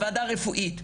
לוועדה הרפואית,